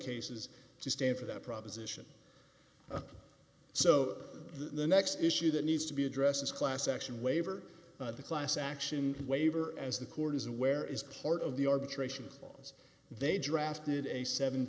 cases to stand for that proposition so the next issue that needs to be addressed is class action waiver the class action waiver as the court is aware is part of the arbitration clause they drafted a seven